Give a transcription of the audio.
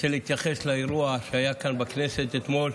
רוצה להתייחס לאירוע שהיה כאן בכנסת אתמול.